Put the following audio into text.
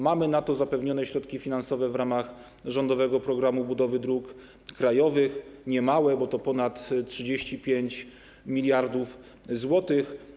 Mamy na to zapewnione środki finansowe w ramach rządowego programu budowy dróg krajowych, niemałe, bo to ponad 35 mld zł.